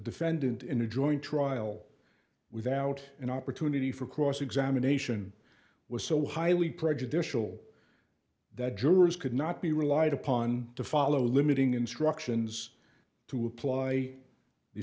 defendant in a joint trial without an opportunity for cross examination was so highly prejudicial that jurors could not be relied upon to follow limiting instructions to apply